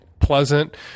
pleasant